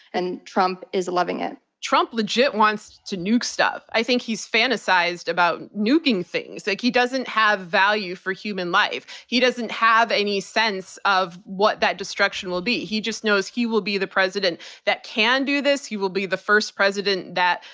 and trump is loving it. trump legit wants to nuke stuff. i think he's fantasized about nuking things. like he doesn't have value for human life. he doesn't have any sense of what that destruction will be. he just knows he will be the president that can do this, he will the first president that,